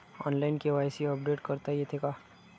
Online KYC update करता येते का?